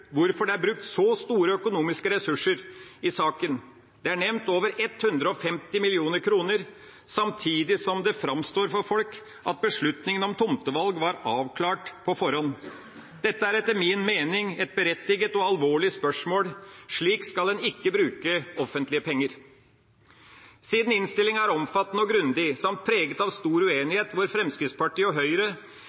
hvorfor det er brukt så store økonomiske ressurser i saken. Det er nevnt over 150 mill. kr, samtidig som det framstår for folk at beslutninga om tomtevalg var avklart på forhånd. Dette er etter min mening et berettiget og alvorlig spørsmål. Slik skal en ikke bruke offentlige penger. Siden innstillinga er omfattende og grundig samt preget av stor uenighet – hvor Fremskrittspartiet og Høyre